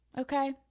okay